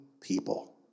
people